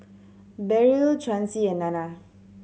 Beryl Chauncy and Nana